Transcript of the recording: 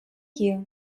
you